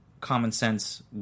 common-sense